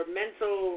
mental